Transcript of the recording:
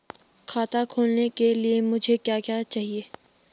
खाता खोलने के लिए मुझे क्या क्या चाहिए?